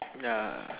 ya